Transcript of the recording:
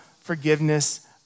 forgiveness